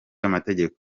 amategeko